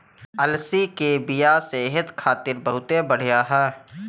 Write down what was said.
अलसी के बिया सेहत खातिर बहुते बढ़िया ह